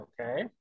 Okay